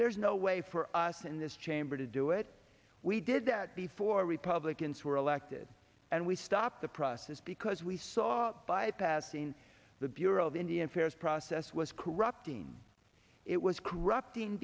there's no way for us in this chamber to do it we did that before republicans were elected and we stopped the process because we saw bypassing the bureau of indian affairs process was corrupt and it was corrupting